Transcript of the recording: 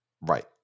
Right